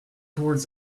towards